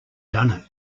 done